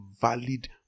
valid